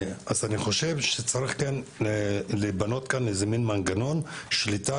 אז אני חושב שכן צריך להיבנות כאן איזה מין מנגנון של שליטה,